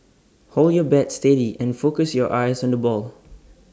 hold your bat steady and focus your eyes on the ball